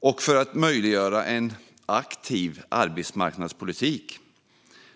och för att möjliggöra en aktiv arbetsmarknadspolitik.